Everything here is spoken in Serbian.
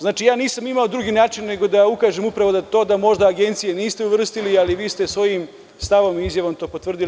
Znači, ja nisam imao drugi način nego da ukažem na to da možda agencije niste uvrstili, ali vi ste svojim stavom i izjavom to potvrdili.